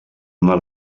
una